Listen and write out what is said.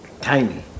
Tiny